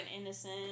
innocent